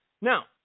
now